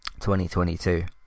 2022